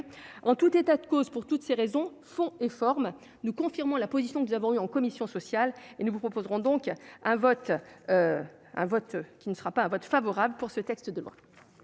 en tout état de cause, pour toutes ces raisons font et forme nous confirmant la position que nous avons eus en commission sociale et nous vous proposerons donc un vote, un vote qui ne sera pas un vote favorable pour ce texte de.